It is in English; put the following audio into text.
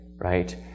Right